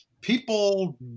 People